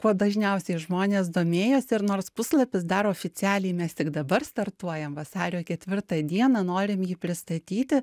kuo dažniausiai žmonės domėjosi ir nors puslapis dar oficialiai mes tik dabar startuojam vasario ketvirtą dieną norim jį pristatyti